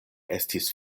estis